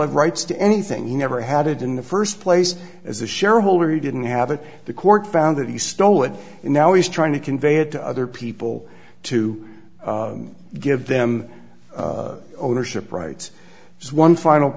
have rights to anything he never had it in the first place as a shareholder he didn't have it the court found that he stole it and now he's trying to convey it to other people to give them ownership rights as one final